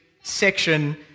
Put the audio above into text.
section